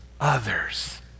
others